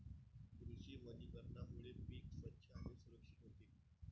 कृषी वनीकरणामुळे पीक स्वच्छ आणि सुरक्षित होते